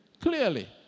Clearly